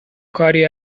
کاری